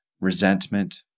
resentment